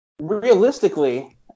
realistically